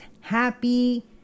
happy